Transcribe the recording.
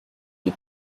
les